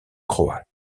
croates